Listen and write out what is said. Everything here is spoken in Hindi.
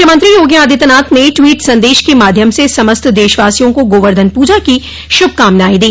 मुख्यमंत्री योगी आदित्यनाथ ने ट्वीट संदेश के माध्यम से समस्त देशवासियों को गोवर्धन पूजा की शुभकामनाएं दी